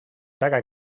taga